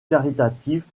caritatives